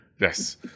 Yes